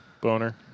Boner